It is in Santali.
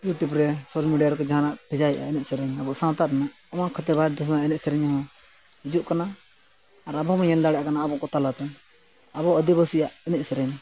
ᱤᱭᱩᱴᱤᱭᱩᱵᱽ ᱨᱮ ᱥᱳᱥᱟᱞ ᱢᱤᱰᱤᱭᱟ ᱨᱮ ᱡᱟᱦᱟᱱᱟᱜ ᱵᱷᱮᱡᱟᱭᱮᱜᱼᱟ ᱮᱱᱮᱡ ᱥᱮᱨᱮᱧ ᱟᱵᱚ ᱥᱟᱶᱛᱟ ᱨᱮᱱᱟᱜ ᱚᱱᱟ ᱠᱷᱟᱹᱛᱤᱨ ᱵᱟᱫᱽᱫᱷᱚ ᱮᱱᱮᱡ ᱥᱮᱨᱮᱧ ᱦᱚᱸ ᱦᱤᱡᱩᱜ ᱠᱟᱱᱟ ᱟᱨ ᱟᱵᱚ ᱦᱚᱸᱵᱚᱱ ᱧᱮᱞ ᱫᱟᱲᱮᱭᱟᱜ ᱠᱟᱱᱟ ᱟᱵᱚ ᱠᱚ ᱛᱟᱞᱟᱛᱮ ᱟᱵᱚ ᱟᱹᱫᱤᱵᱟᱹᱥᱤᱭᱟᱜ ᱮᱱᱮᱡ ᱥᱮᱨᱮᱧ